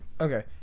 Okay